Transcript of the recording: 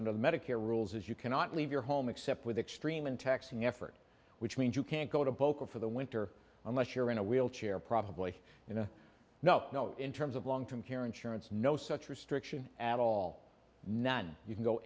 of medicare rules is you cannot leave your home except with extreme and taxing effort which means you can't go to boca for the winter unless you're in a wheelchair probably in a no no in terms of long term care insurance no such restriction at all none you can go